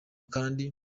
kandi